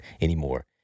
anymore